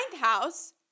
House